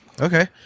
Okay